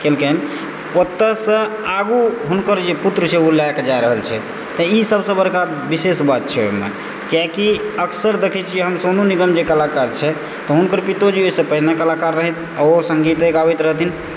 केलकनि ओतयसँ आगू हुनकर जे पुत्र छै ओ लए कऽ जा रहल छै तऽ ई सभसँ बड़का विशेष बात छै ओहिमे कियाकि अक्सर देखैत छियै हम सोनू निगम जे कलाकार छै तऽ हुनकर पितोजी ओहिसँ पहिने कलाकार रहथि आ ओहो संगीते गाबैत रहथिन